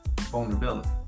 Vulnerability